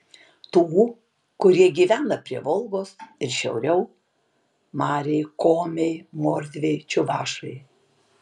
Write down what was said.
tų kurie gyvena prie volgos ir šiauriau mariai komiai mordviai čiuvašai